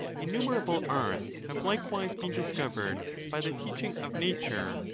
innumerable arts have likewise been discovered by the teaching of nature,